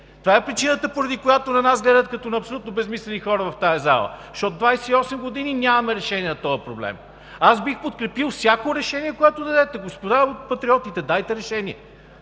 това е причината, поради която на нас гледат като на абсолютно безсмислени хора в тази зала, защото 28 години нямаме решение на този проблем. Аз бих подкрепил всяко решение, което дадете. Господа от Патриотите, дайте решение!